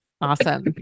Awesome